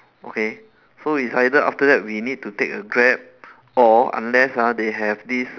okay so it's either after that we need to take a grab or unless ah they have this err